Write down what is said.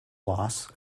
loss